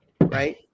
right